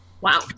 Wow